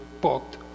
booked